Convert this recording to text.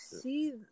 see